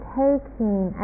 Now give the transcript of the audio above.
taking